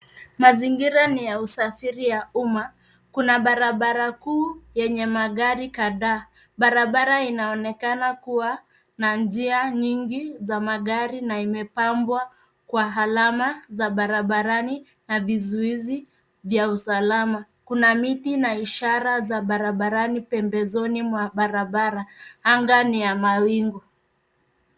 Mazingira ni ya usafiri ya uma, kuna barabara kuu yenye magari kadhaa barabara inaonekana kuwa na njia nyingi za magari na imepambwa kwa alama za barabarani na vizuizi vya usalama. Kuna miti na ishara za barabarani pembezoni mwa barabara anga ni ya mawingu.